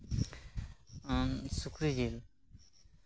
ᱟᱱ ᱥᱩᱠᱨᱤ ᱡᱤᱞ